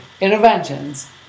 Interventions